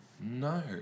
No